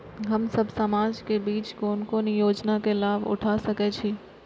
हम सब समाज के बीच कोन कोन योजना के लाभ उठा सके छी?